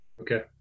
Okay